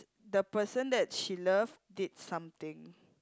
the person that she love did something